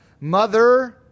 mother